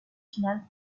finale